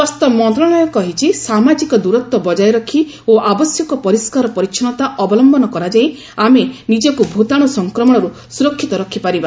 ସ୍ପାସ୍ଥ୍ୟ ମନ୍ତ୍ରଣାଳୟ କହିଛି ସାମାଜିକ ଦୂରତ୍ୱ ବଜାୟ ରଖି ଓ ଆବଶ୍ୟକ ପରିଷ୍କାର ପରିଚ୍ଛନୁତା ଅବଲମ୍ଘନ କରାଯାଇ ଆମେ ନିଜକୁ ଭୂତାଣୁ ସଂକ୍ରମଣରୁ ସୁରକ୍ଷିତ ରଖିପାରିବା